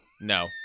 No